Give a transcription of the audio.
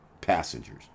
passengers